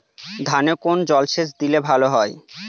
ধানে কোন জলসেচ দিলে ভাল হয়?